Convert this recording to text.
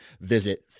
visit